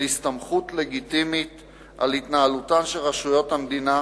הסתמכות לגיטימית על התנהלותן של רשויות המדינה,